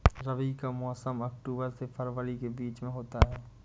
रबी का मौसम अक्टूबर से फरवरी के बीच में होता है